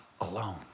alone